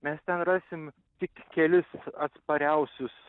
mes ten rasim tik kelis atspariausius